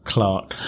Clark